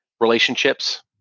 relationships